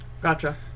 Gotcha